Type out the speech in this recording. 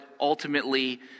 ultimately